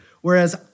Whereas